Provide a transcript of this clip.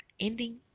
ending